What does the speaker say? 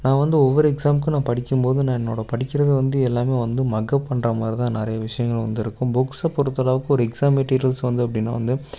நான் வந்து ஒவ்வொரு நான் எக்ஸாம்க்கும் படிக்கும் போது நான் என்னோட படிக்கறது வந்து எல்லாமே வந்து மக்கப் பண்றாமாதிரிதான் நிறைய விஷயங்கள் வந்து இருக்கும் புக்ஸை பொறுத்த அளவுக்கு ஒரு எக்ஸாம் மெட்டீரியல்ஸ் வந்து எப்படின்னா வந்து